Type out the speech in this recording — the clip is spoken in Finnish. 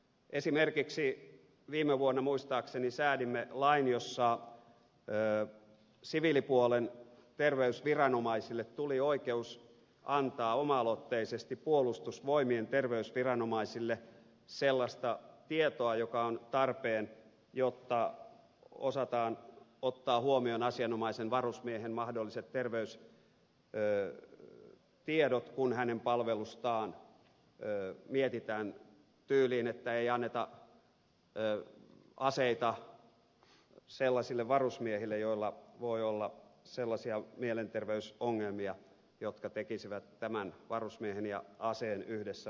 esimerkiksi viime vuonna muistaakseni säädimme lain jossa siviilipuolen terveysviranomaisille tuli oikeus antaa oma aloitteisesti puolustusvoimien terveysviranomaisille sellaista tietoa joka on tarpeen jotta osataan ottaa huomioon asianomaisen varusmiehen mahdolliset terveystiedot kun hänen palvelustaan mietitään tyyliin että ei anneta aseita sellaisille varusmiehille joilla voi olla sellaisia mielenterveysongelmia jotka tekisivät tämän varusmiehen ja aseen yhdessä vaaralliseksi yhdistelmäksi